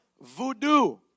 voodoo